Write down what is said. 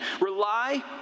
rely